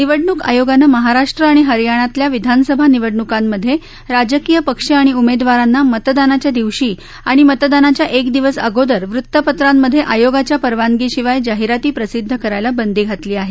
निवडणूक आयोगाने महाराष्ट्र आणि हरियाणातल्या विधानसभा निवडणुकांमध्ये राजकीय पक्ष आणि उमेदवारांना मतदानाच्या दिवशी आणि मतदानाच्या एक दिवस अगोदर वृतपत्रांमध्ये आयोगाच्या परवानगीशिवाय जाहिराती प्रसिद्ध करायला बंदी घातली आहे